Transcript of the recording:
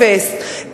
אפס,